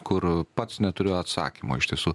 kur pats neturiu atsakymo iš tiesų